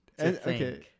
Okay